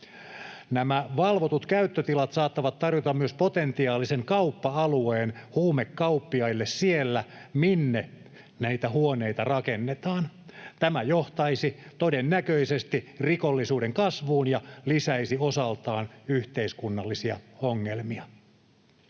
Nämä valvotut käyttötilat saattavat tarjota myös potentiaalisen kauppa-alueen huumekauppiaille siellä, minne näitä huoneita rakennetaan. Tämä johtaisi todennäköisesti rikollisuuden kasvuun ja lisäisi osaltaan yhteiskunnallisia ongelmia.